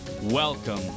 Welcome